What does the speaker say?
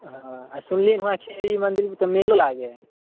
हँ सुनली हँ कि खेरी मन्दिरमे तऽ मेलो लागै हइ